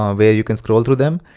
um where you can scroll through them.